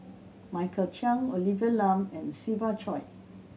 Michael Chiang Olivia Lum and Siva Choy